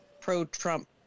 pro-Trump